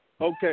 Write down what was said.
Okay